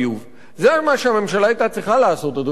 זה מה שהממשלה היתה צריכה לעשות, אדוני היושב-ראש.